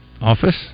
Office